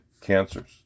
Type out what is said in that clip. cancers